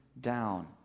down